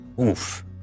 Oof